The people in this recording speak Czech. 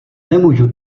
nemůžu